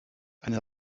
eine